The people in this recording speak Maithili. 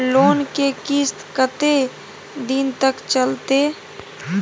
लोन के किस्त कत्ते दिन तक चलते?